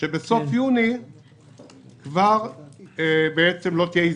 שבסוף יוני כבר לא תהיה הזדקקות.